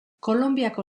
kolonbiako